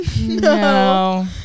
No